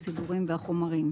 הסידורים והחומרים,